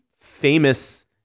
famous